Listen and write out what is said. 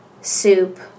soup